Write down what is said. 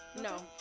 No